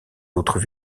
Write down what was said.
autres